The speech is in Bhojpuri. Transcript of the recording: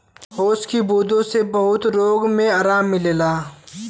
ओस की बूँदो से बहुत रोग मे आराम मिलेला